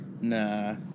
Nah